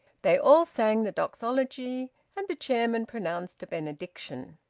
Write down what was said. they all sang the doxology, and the chairman pronounced a benediction.